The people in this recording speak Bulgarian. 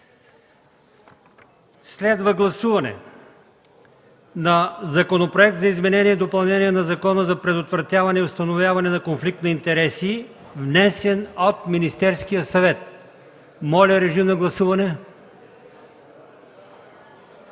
Следва гласуване на Законопроекта за изменение и допълнение на Закона за предотвратяване и установяване на конфликт на интереси, внесен от Министерския съвет. Моля, режим на гласуване.